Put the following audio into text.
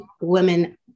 women